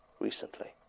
recently